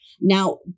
Now